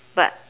but